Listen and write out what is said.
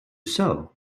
sow